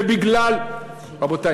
ובגלל רבותי,